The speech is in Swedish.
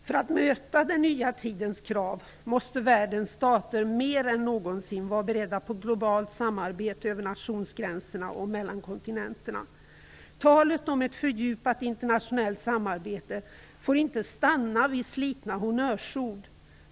För att möta den nya tidens krav måste världens stater mer än någonsin vara beredda på ett globalt samarbete över nationsgränserna och mellan kontinenterna. Talet om ett fördjupat internationellt samarbete får inte stanna vid slitna honnörsord.